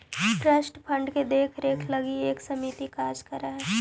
trust fund के देख रेख के लगी एक समिति कार्य कर हई